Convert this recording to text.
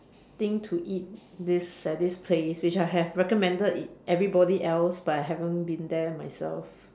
~ting to eat this at this place which I have recommended it everybody else but haven't been there myself